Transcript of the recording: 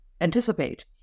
anticipate